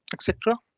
etc.